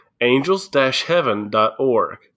angels-heaven.org